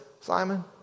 Simon